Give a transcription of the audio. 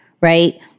Right